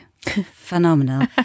Phenomenal